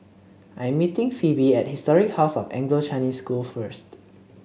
I'm meeting Phoebe at Historic House of Anglo Chinese School first